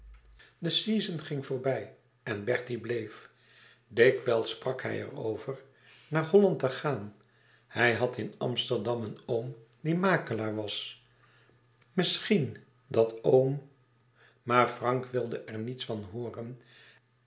de season ging voorbij en bertie bleef dikwijls sprak hij er over naar holland te gaan hij had in amsterdam een oom die makelaar was misschien dat oom maar frank wilde er niets van hooren